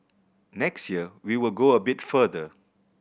next year we will go a bit further